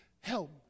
help